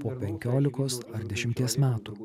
po penkiolikos ar dešimties metų